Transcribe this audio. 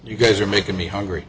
you guys are making me hungry